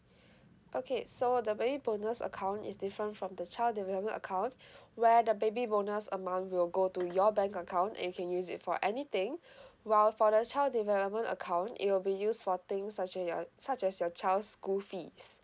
okay so the baby bonus account is different from the child development account where the baby bonus amount will go to your bank account account and you can use it for anything while for the child development account it'll be used for things such as your such as your child's school fees